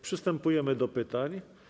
Przystępujemy do pytań.